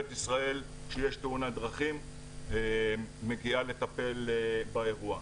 ישראל כשיש תאונת דרכים מגיעה לטפל באירוע.